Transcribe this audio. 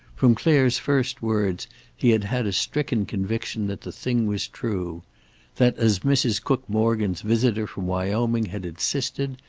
from clare's first words he had had a stricken conviction that the thing was true that, as mrs. cook morgan's visitor from wyoming had insisted,